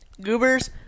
Goobers